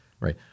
right